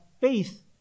faith